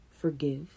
forgive